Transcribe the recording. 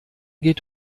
geht